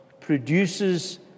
produces